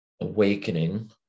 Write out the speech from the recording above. awakening